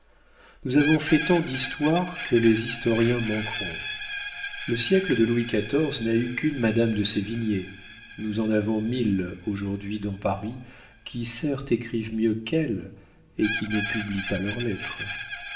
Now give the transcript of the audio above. nous avons fait tant d'histoire que les historiens manqueront le siècle de louis xiv n'a eu qu'une madame de sévigné nous en avons mille aujourd'hui dans paris qui certes écrivent mieux qu'elle et qui ne publient pas leurs lettres